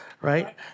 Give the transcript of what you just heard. right